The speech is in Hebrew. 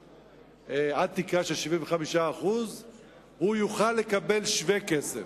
עד תקרה של 75% הוא יוכל לקבל שווה כסף.